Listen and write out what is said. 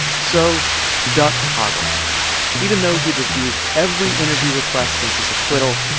so duck hoggle even though he'd refused every interview request since his acquittal,